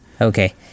okay